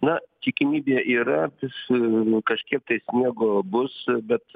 na tikimybė yra tas nu kažkiek tai sniego bus bet